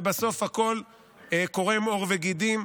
ובסוף הכול קורם עור וגידים,